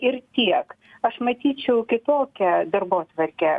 ir tiek aš matyčiau kitokią darbotvarkę